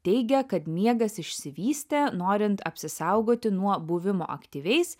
teigia kad miegas išsivystė norint apsisaugoti nuo buvimo aktyviais